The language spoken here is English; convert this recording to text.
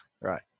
Right